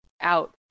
out